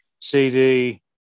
CD